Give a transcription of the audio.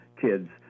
kids